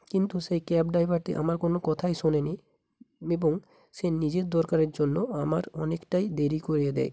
কিন্তু সেই ক্যাব ড্রাইভারটি আমার কোনো কথাই শোনেনি এবং সে নিজের দরকারের জন্য আমার অনেকটাই দেরি করিয়ে দেয়